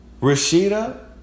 Rashida